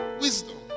wisdom